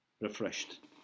refreshed